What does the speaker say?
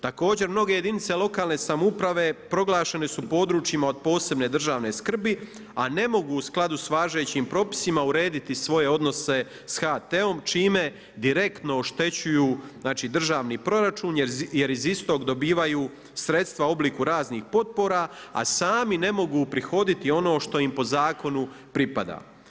Također, mnoge jedinice lokalne samouprave proglašene su područjima od posebne državne skrbi a ne mogu u skladu sa važećim propisima urediti svoje odnose sa HT-om, čime direktno oštećuju znači, državni proračun jer iz istog dobivaju sredstva u obliku raznih potpora a sami ne mogu uprihoditi ono što im po zakonu pripada.